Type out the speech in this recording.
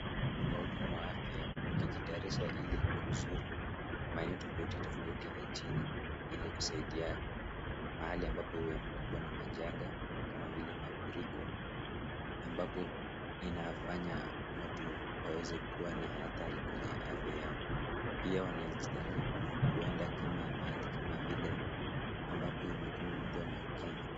Wahudumu wa afya wakijitayarisha ili kuzuru maeneo tofauti tofauti nchini ili kusaidia mahali ambapo uwe umekumbwa na majanga kama vile, mafuriko ambapo inafanya watu waweze kuwa na hadhari kwenye afya yao. Pia wanajitayarisha kuenda kama mahali kama vile ambako imekumbwa na ukame.